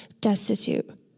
destitute